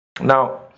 Now